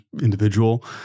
individual